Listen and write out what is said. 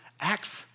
Acts